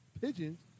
Pigeons